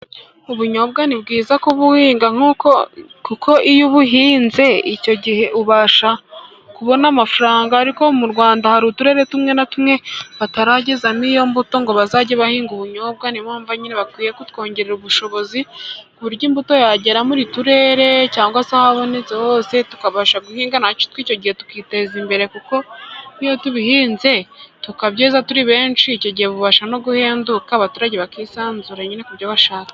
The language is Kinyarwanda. Ubunyobwa ni bwiza kubuhinga , kuko iyo ubuhinze icyo gihe ubasha kubona amafaranga, ariko mu Rwanda hari uturere tumwe na tumwe bataragezamo iyo mbuto ngo bazajye bahinga ubunyobwa, niyo mpamvu nyine bakwiye kutwongerera ubushobozi, ku buryo imbuto yagera mu turere cyangwa se ahabonetse hose tukabasha guhingana natwe icyo gihe tukiteza imbere, kuko iyo tubihinze tukabyeza turi benshi ,icyo gihe bubasha no guhenduka abaturage bakisanzura nyine kubyo bashaka.